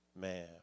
Man